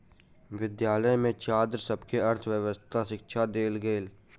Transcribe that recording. विद्यालय में छात्र सभ के अर्थव्यवस्थाक शिक्षा देल गेल